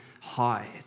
hide